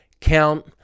count